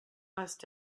must